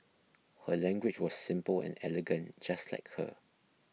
her language was simple and elegant just like her